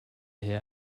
herr